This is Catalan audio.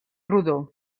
rodó